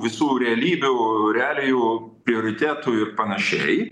visų realybių realijų prioritetų ir panašiai